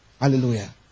Hallelujah